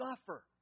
suffer